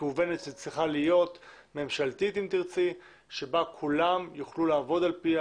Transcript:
מקוונת שצריכה להיות ממשלתית אם תרצי בה כולם יוכל לעבוד על פיה,